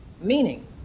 meaning